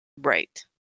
Right